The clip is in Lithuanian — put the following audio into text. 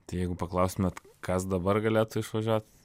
tai jeigu paklaustumėt kas dabar galėtų išvažiuot